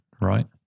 right